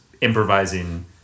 improvising